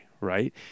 right